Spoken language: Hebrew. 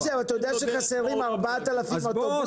מוסי, אתה יודע שחסרים 4,000 אוטובוסים?